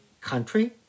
country